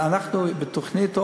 ואנחנו בתוכנית,